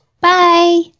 Bye